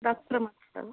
ಡಾಕ್ಟ್ರ ಮಾತಾಡೋದಾ